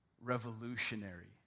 Revolutionary